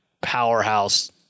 powerhouse